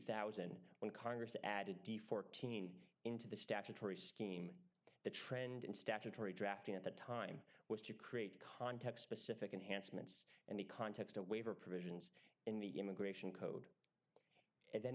thousand when congress added d fourteen into the statutory scheme the trend in statutory drafting at the time was to create context specific enhanced mintz in the context of waiver provisions in the immigration code and then